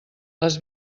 les